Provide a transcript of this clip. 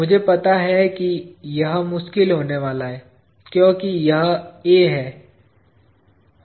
मुझे पता है कि यह मुश्किल होने वाला है क्योंकि यह a है